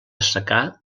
secà